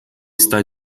está